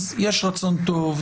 אז יש רצון טוב,